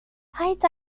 paid